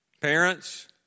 parents